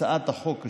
הצעת החוק השנייה,